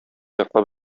йоклап